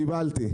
קיבלתי.